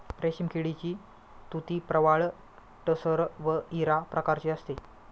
रेशीम किडीची तुती प्रवाळ टसर व इरा प्रकारची असते